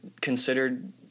considered